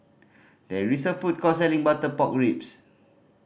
there is a food court selling butter pork ribs